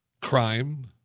Crime